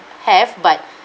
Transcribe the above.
have but